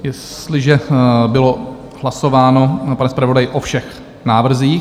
Jestliže bylo hlasováno, pane zpravodaji, o všech návrzích?